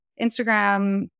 Instagram